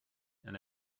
and